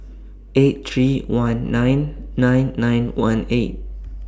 eight three one nine nine nine one eight